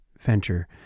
venture